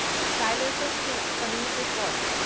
silences, to communicate what?